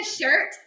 shirt